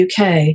UK